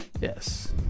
Yes